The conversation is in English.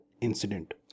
incident